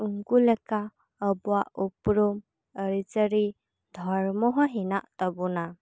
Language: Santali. ᱩᱱᱠᱩ ᱞᱮᱠᱟ ᱟᱵᱚᱣᱟᱜ ᱩᱯᱨᱩᱢ ᱟᱹᱨᱤᱪᱟᱹᱨᱤ ᱫᱷᱚᱨᱚᱢᱚ ᱦᱚᱸ ᱦᱮᱱᱟᱜ ᱛᱟᱵᱚᱱᱟ